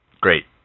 great